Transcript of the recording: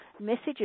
messages